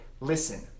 listen